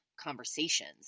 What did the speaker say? conversations